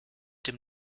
dem